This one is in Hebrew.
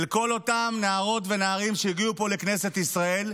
אל כל אותם נערות ונערים שהגיעו לפה, לכנסת ישראל,